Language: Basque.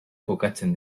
kokatzen